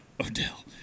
Odell